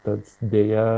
tad deja